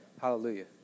Hallelujah